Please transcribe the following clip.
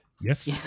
Yes